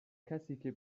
کسیکه